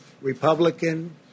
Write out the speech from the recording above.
Republican